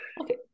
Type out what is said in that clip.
Okay